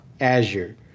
azure